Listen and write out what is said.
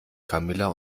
camilla